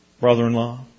brother-in-law